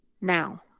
now